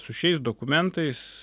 su šiais dokumentais